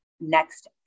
next